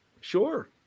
sure